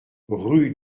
rue